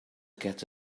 get